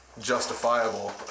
justifiable